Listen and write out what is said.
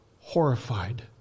horrified